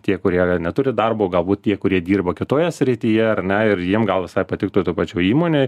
tie kurie neturi darbo galbūt tie kurie dirba kitoje srityje ar ne ir jiem gal visai patiktų toj pačioj įmonėj